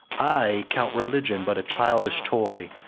i count religion but a childish toy,